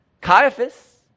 Caiaphas